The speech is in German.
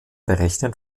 berechnen